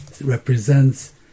represents